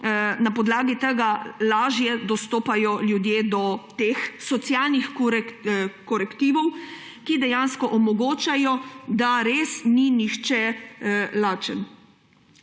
Na podlagi tega ljudje lažje dostopajo do teh socialnih korektivov, ki dejansko omogočajo, da res ni nihče lačen.